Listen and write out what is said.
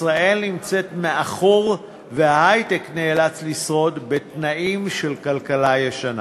ישראל נמצאת מאחור וההיי-טק נאלץ לשרוד בתנאים של כלכלה ישנה.